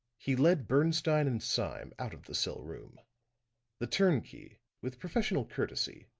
he led bernstine and sime out of the cell room the turnkey, with professional courtesy,